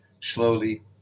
slowly